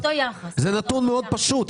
זה נתון מאוד פשוט.